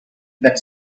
that